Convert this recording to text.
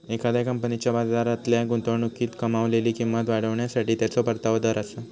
एखाद्या कंपनीच्या बाजारातल्या गुंतवणुकीतून कमावलेली किंमत वाढवण्यासाठी त्याचो परतावा दर आसा